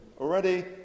already